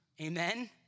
Amen